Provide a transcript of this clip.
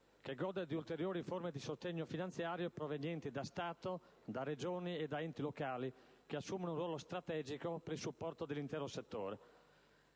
che gode di ulteriori forme di sostegno finanziario, provenienti da Stato, Regioni e enti locali, che assumono un ruolo strategico per il supporto dell'intero settore.